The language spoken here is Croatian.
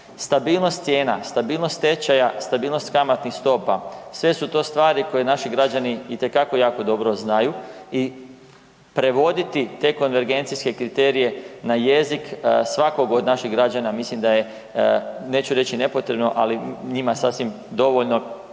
Stabilnost cijena, stabilnost tečaja, stabilnost kamatnih stopa, sve su to stvari koje naši građani itekako jako dobro znaju i prevoditi te konvergencijske kriterije na jezik svakog od naših građana mislim da je, neću reći, nepotrebno, ali njima sasvim dovoljno